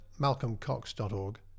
malcolmcox.org